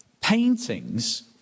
Paintings